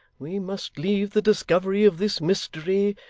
we must leave the discovery of this mystery,